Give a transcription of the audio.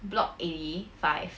block eighty five